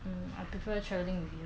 mm I prefer travelling alone